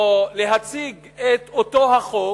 או להציג את אותו החוק